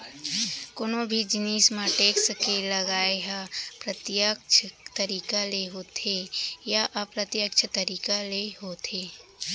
कोनो भी जिनिस म टेक्स के लगई ह प्रत्यक्छ तरीका ले होथे या अप्रत्यक्छ तरीका के होथे